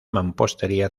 mampostería